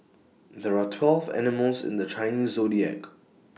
there are twelve animals in the Chinese Zodiac